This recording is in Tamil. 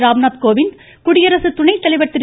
ராம்நாத் கோவிந்த் குடியரசு துணைத்தலைவர் திரு